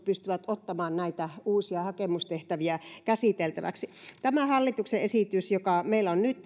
pystyvät ottamaan näitä uusia hakemustehtäviä käsiteltäväksi hallituksen esityksen joka meillä on nyt